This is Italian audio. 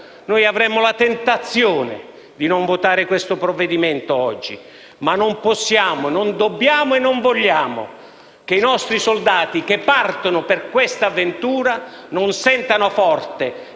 Noi avremmo la tentazione di non votare oggi a favore del provvedimento, ma non possiamo, non dobbiamo e non vogliamo che i nostri soldati che partono per questa avventura non sentano forte,